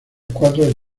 cuatro